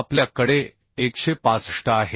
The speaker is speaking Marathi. आपल्या कडे 165 आहे